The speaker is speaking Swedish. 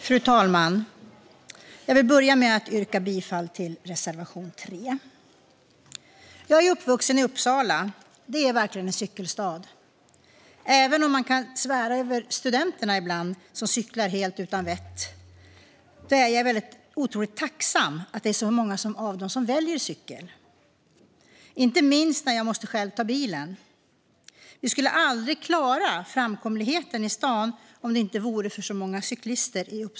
Fru talman! Jag vill börja med att yrka bifall till reservation 3. Jag är uppvuxen i Uppsala. Det är verkligen en cykelstad. Även om man kan svära över studenter som cyklar helt utan vett är jag otroligt tacksam över att så många av dem väljer cykeln, inte minst när jag måste ta bilen själv. Vi skulle aldrig klara framkomligheten i Uppsala om det inte vore för att det är så många cyklister.